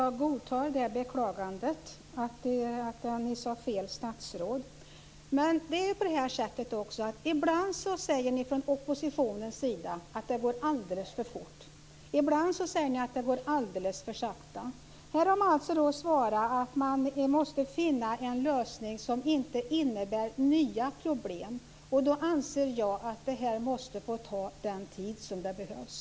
Herr talman! Jag godtar Peter Weibull Bernströms beklagande av att han nämnde fel statsråd. Det är också på det sättet att ni från oppositionens sida ibland säger att det går alldeles för fort. Ibland säger ni att det går alldeles för sakta. Här har man alltså svarat att man måste finna en lösning som inte innebär nya problem. Då anser jag att det här måste få ta den tid som behövs.